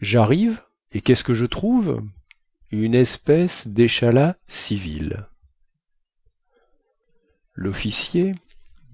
jarrive et quest ce que je trouve une espèce déchalas civil lofficier